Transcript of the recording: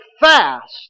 fast